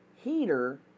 heater